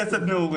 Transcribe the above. קצת חסד נעורים,